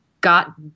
got